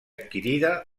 adquirida